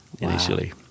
initially